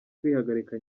kwihagarika